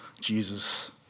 Jesus